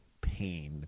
pain